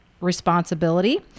responsibility